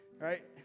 right